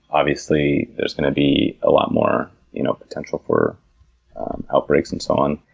obviously there's going to be a lot more you know potential for outbreaks and so on.